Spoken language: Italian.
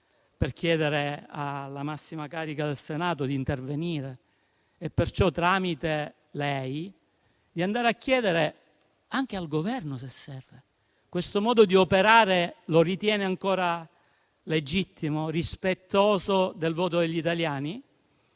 per chiedere alla massima carica del Senato di intervenire, al fine di chiedere anche al Governo, se serve, se questo modo di operare si ritiene ancora legittimo e rispettoso del voto degli italiani.